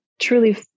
truly